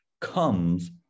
comes